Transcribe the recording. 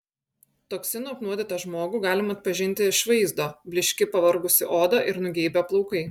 toksinų apnuodytą žmogų galima atpažinti iš vaizdo blyški pavargusi oda ir nugeibę plaukai